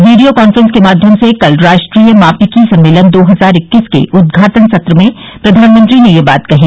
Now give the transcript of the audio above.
video conference के माध्यम से कल राष्ट्रीय मापिकी सम्मेलन दो हजार इक्कीस के उद्घाटन सत्र में प्रधानमंत्री ने यह बात कही